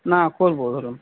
না করবো ধরুন